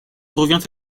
revient